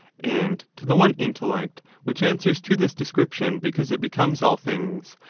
and to the one intellect, which answers to this description because it becomes all things,